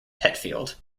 hetfield